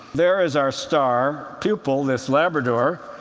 there is our star pupil, this labrador,